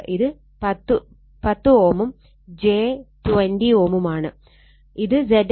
ഇത് 10 Ω ഉം j 20 Ω ഉം ആണ്